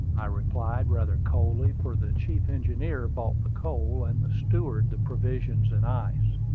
i replied, rather coldly, for the chief engineer bought the coal, and the steward the provisions and ice.